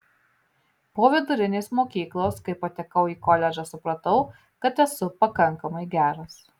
po vidurinės mokyklos kai patekau į koledžą supratau kad esu pakankamai geras